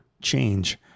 change